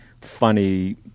funny